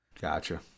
Gotcha